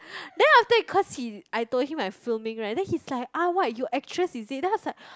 then after that cause he I told him I filming right then he's like ah what you actress is it then I was like